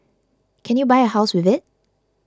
can you buy a house with it